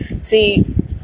see